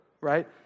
right